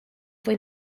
fue